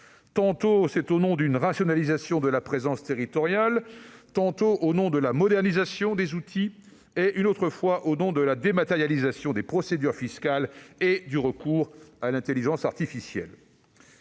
tantôt au nom d'une rationalisation de la présence territoriale, tantôt au nom de la modernisation des outils, quand ce n'est pas au nom de la dématérialisation des procédures fiscales et du recours à l'intelligence artificielle.